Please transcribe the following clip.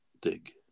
dig